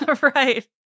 Right